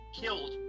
killed